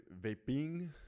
vaping